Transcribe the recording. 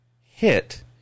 hit